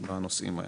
בנושאים האלה.